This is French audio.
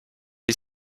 est